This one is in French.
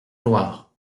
loire